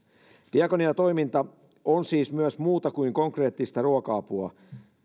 diakoniatoiminta on siis myös muuta kuin konkreettista ruoka apua